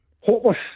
Hopeless